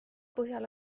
põhjal